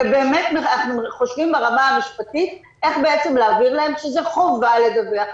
ובאמת אנחנו חושבים ברמה המשפטית איך בעצם להבהיר להם שזה חובה לדווח.